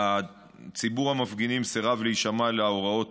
ציבור המפגינים סירב להישמע להוראות